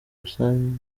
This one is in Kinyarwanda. usange